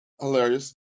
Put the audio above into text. Hilarious